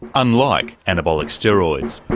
unlike anabolic steroids.